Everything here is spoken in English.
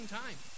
time